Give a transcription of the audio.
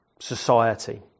society